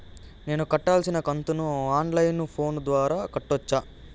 నేను కట్టాల్సిన కంతును ఆన్ లైను ఫోను ద్వారా కట్టొచ్చా?